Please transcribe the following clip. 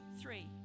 three